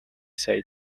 said